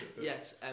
yes